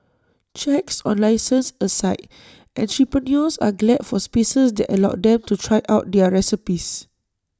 checks on licences aside entrepreneurs are glad for spaces that allow them to try out their recipes